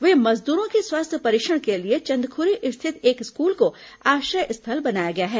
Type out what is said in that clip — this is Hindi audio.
वहीं मजदूरों के स्वास्थ्य परीक्षण के लिए चंदखुरी स्थित एक स्कूल को आश्रय स्थल बनाया गया है